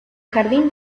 jardín